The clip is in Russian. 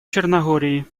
черногории